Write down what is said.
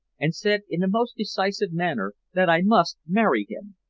and said in a most decisive manner that i must marry him.